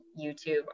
YouTube